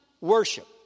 worship